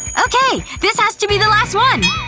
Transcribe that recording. okay. this has to be the last one